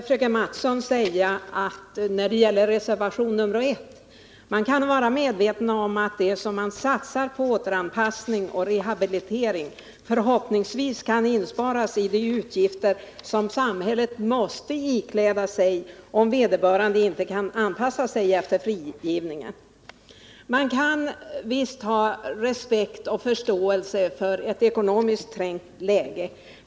Herr talman! När det gäller reservationen 1 vill jag säga till fröken Mattson att det vi satsar på återanpassning och rehabilitering förhoppningsvis kan medföra inbesparingar av de utgifter som samhället måste ta om vederbörande inte kan anpassa sig efter frigivningen. Jag har respekt och förståelse för att vi befinner oss i ett ekonomiskt trängt läge.